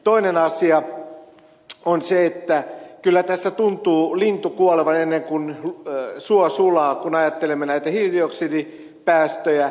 toinen asia on se että kyllä tässä tuntuu lintu kuolevan ennen kuin suo sulaa kun ajattelemme näitä hiilidioksidipäästöjä